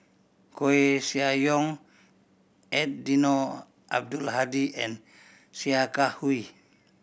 Koeh Sia Yong Eddino Abdul Hadi and Sia Kah Hui